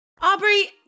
Aubrey